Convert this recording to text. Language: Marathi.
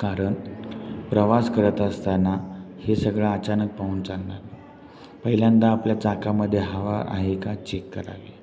कारण प्रवास करत असताना हे सगळं अचानक पाहून चालणार नाही पहिल्यांदा आपल्या चाकामध्ये हवा आहे का चेक करावी